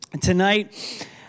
tonight